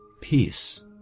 peace